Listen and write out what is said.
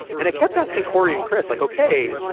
and i kept asking cory and chris, like, ok.